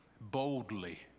boldly